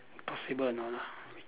possible or not ah